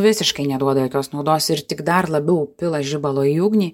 visiškai neduoda jokios naudos ir tik dar labiau pila žibalo į ugnį